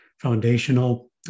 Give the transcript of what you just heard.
foundational